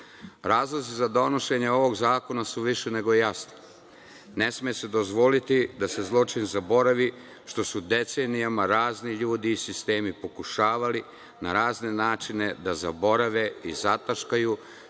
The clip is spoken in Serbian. za donošenje ovog zakona su više nego jasni. Ne sme se dozvoliti da se zločin zaboravi, što su decenijama razni ljudi i sistemi pokušavali na razne načine, da zaborave i zataškaju